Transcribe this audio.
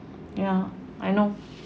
ya I know